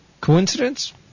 Coincidence